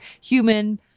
human